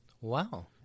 Wow